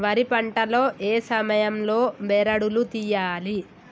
వరి పంట లో ఏ సమయం లో బెరడు లు తియ్యాలి?